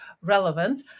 relevant